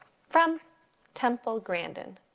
from temple grandin.